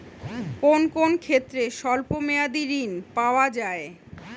কোন কোন ক্ষেত্রে স্বল্প মেয়াদি ঋণ পাওয়া যায়?